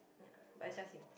ya but it's just him